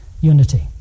unity